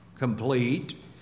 complete